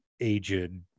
aged